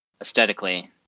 aesthetically